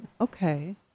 Okay